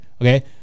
Okay